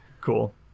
Cool